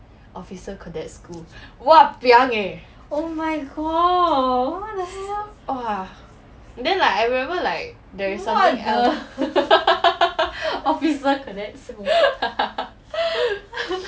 officer cadet school !wahpiang! eh !wah! then like I remember like there's something else